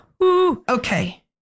okay